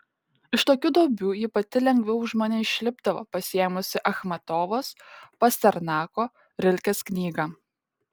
iš tokių duobių ji pati lengviau už mane išlipdavo pasiėmusi achmatovos pasternako rilkės knygą